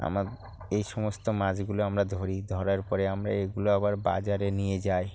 আমার এই সমস্ত মাছগুলো আমরা ধরি ধরার পরে আমরা এগুলো আবার বাজারে নিয়ে যাই